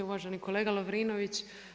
Uvaženi kolega Lovrinović.